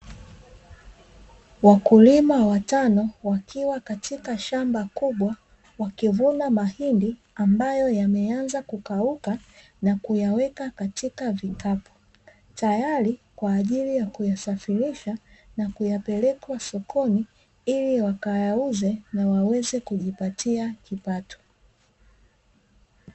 Wakulima watano wakiwa katika shamba kubwa, wakivuna mahindi ambayo yameanza kukauka na kuyaweka katika vikapu, tayari kwa ajili ya kuyasafirisha na kuyapeleka sokoni, ili wakayauze na waweze kujipatia kipato.